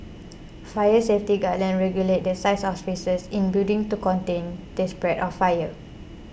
fire safety guidelines regulate the size of spaces in building to contain the spread of fire